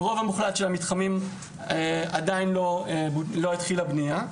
ברוב המוחלט של המתחמים עדיין לא התחילה בנייה,